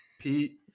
Pete